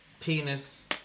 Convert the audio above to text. penis